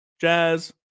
jazz